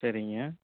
சரிங்க